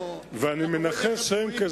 אני מנחש שהם,